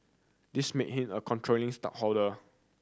this make him a controlling stoke holder